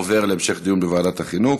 עוברת להמשך דיון בוועדת החינוך.